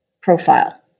profile